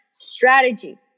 strategy